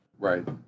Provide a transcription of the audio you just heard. right